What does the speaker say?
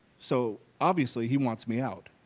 so obviously he wants me out.